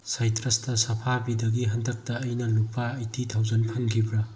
ꯁꯥꯏꯇ꯭ꯔꯁꯇ ꯁꯐꯥꯕꯤꯗꯒꯤ ꯍꯟꯗꯛꯇ ꯑꯩꯅ ꯂꯨꯄꯥ ꯑꯩꯠꯇꯤ ꯊꯥꯎꯖꯟ ꯐꯪꯈꯤꯕ꯭ꯔꯥ